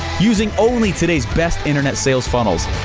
using only today's best internet sales funnels.